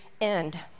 end